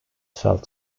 felt